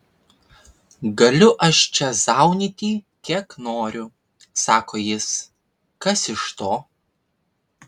galiu aš čia zaunyti kiek noriu sako jis kas iš to